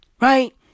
Right